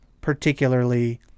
particularly